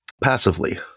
passively